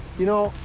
you know,